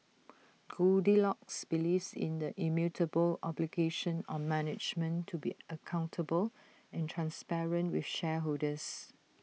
goldilocks believes in the immutable obligation on management to be accountable and transparent with shareholders